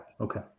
okay